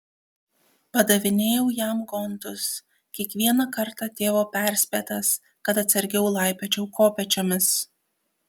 padavinėjau jam gontus kiekvieną kartą tėvo perspėtas kad atsargiau laipiočiau kopėčiomis